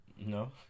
no